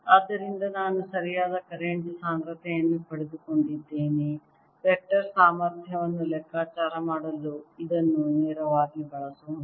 ಆದ್ದರಿಂದ ನಾನು ಸರಿಯಾದ ಕರೆಂಟ್ ಸಾಂದ್ರತೆಯನ್ನು ಪಡೆದುಕೊಂಡಿದ್ದೇನೆ ವೆಕ್ಟರ್ ಸಾಮರ್ಥ್ಯವನ್ನು ಲೆಕ್ಕಾಚಾರ ಮಾಡಲು ಇದನ್ನು ನೇರವಾಗಿ ಬಳಸೋಣ